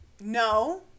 No